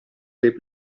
dei